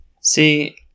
See